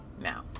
now